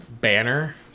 banner